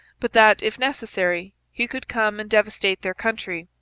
but that, if necessary, he could come and devastate their country.